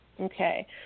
Okay